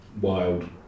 wild